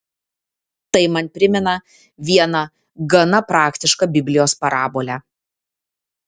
tai man primena vieną gana praktišką biblijos parabolę